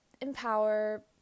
empower